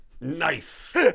Nice